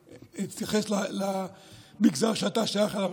אתייחס למגזר שאתה שייך אליו,